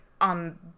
on